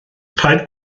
rhaid